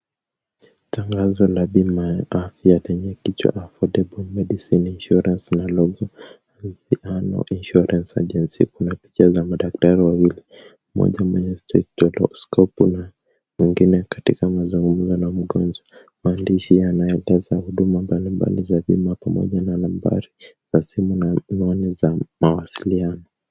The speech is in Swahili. Tangazo la bima ya afya lenye kichwa Afordable Medicine Insurance na logo Anzano Insurance Agency. Kuna picha za madaktari wawili. Mmoja mwenye stethoskopu na mwingine katika mazungumzo na mgonjwa. Maandishi yanaeleza huduma mbalimbali za bima pamoja na nambari za simu na anwani za mawasiliano.